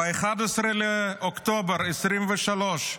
ב-11 באוקטובר 2023,